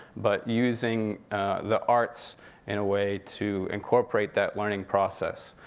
but using the arts in a way to incorporate that learning process.